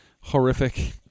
horrific